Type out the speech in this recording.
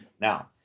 Now